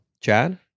Chad